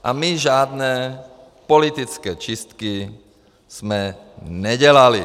A my žádné politické čistky jsme nedělali.